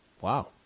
Wow